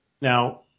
Now